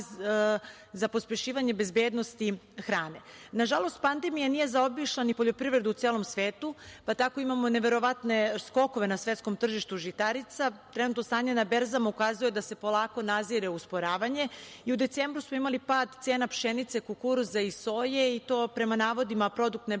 za pospešivanje bezbednosti hrane. Nažalost, pandemija nije zaobišla ni poljoprivredu u celom svetu, pa tako imamo neverovatne skokove na svetskom tržištu žitarica. Trenutno stanje na berzama ukazuje da se polako nazire usporavanje. U decembru smo imali pad cena pšenice, kukuruza i soje i to prema navodima Produktne